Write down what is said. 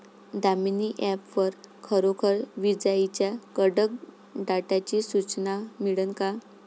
Damini app वर खरोखर विजाइच्या कडकडाटाची सूचना मिळन का?